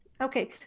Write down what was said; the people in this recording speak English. okay